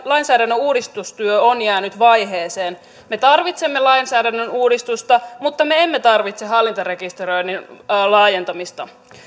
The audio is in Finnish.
lainsäädännön uudistustyö on jäänyt vaiheeseen me tarvitsemme lainsäädännön uudistusta mutta me emme tarvitse hallintarekisteröinnin laajentamista